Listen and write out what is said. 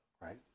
right